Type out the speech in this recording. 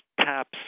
taps